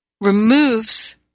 removes